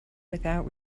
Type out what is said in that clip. without